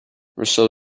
rousseau